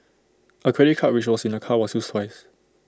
A credit card which was in the car was used twice